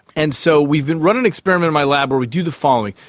and so we've been running an experiment in my lab where we do the following,